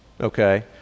Okay